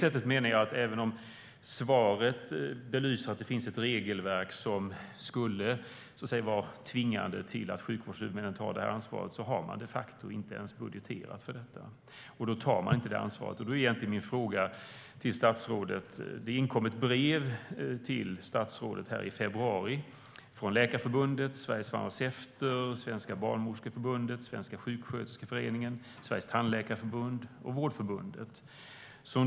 Även om svaret belyser att det finns ett regelverk som tvingar sjukvårdshuvudmännen att ta ansvar har man de facto alltså inte ens budgeterat för detta. Då tas inget ansvar. Min fråga till statsrådet gäller det brev som inkom till statsrådet i februari från Läkarförbundet, Sveriges Farmaceuter, Svenska Barnmorskeförbundet, Svensk sjuksköterskeförening, Sveriges Tandläkarförbund och Vårdförbundet.